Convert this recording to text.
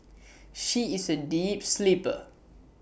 she is A deep sleeper